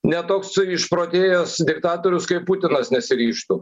net toks išprotėjęs diktatorius kaip putinas nesiryžtų